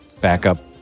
backup